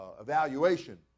evaluation